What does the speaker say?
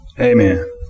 Amen